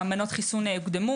מנות החיסון הוקדמו.